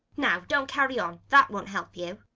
now, don't carry on! that won't help you.